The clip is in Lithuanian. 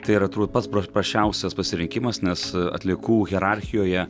tai ir yra turbūt pats pra prasčiausias pasirinkimas nes atliekų hierarchijoje